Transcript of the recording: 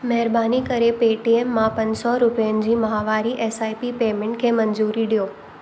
महिरबानी करे पेटीएम मां पंज सौ रुपियनि जी माहवारी एस आइ पी पेमेंट खे मंज़ूरी ॾियो